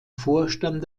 vorstand